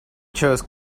chose